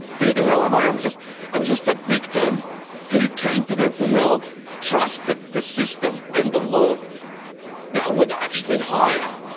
who the hell am i? um i'm just a victim who came to them for help, trusted the system and the law that would actually hire,